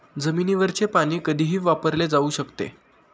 जमिनीवरचे पाणी कधीही वापरले जाऊ शकते